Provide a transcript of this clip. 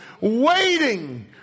Waiting